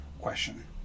question